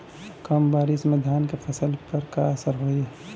कम बारिश में धान के फसल पे का असर होई?